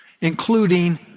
including